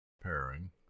pairing